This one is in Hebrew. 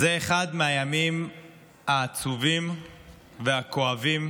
זה אחד מהימים העצובים והכואבים